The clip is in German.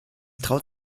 traut